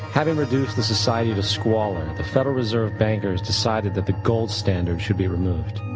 having reduced the society to squalor, the federal reserve bank has decided that the gold standard should be removed.